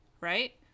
right